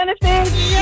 benefits